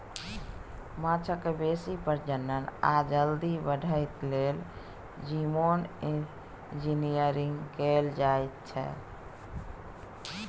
माछक बेसी प्रजनन आ जल्दी बढ़य लेल जीनोम इंजिनियरिंग कएल जाएत छै